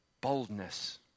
boldness